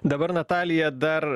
dabar natalija dar